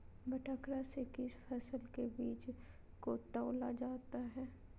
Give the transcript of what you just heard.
बटखरा से किस फसल के बीज को तौला जाता है?